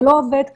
זה לא עובד ככה.